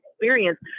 experience